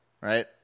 Right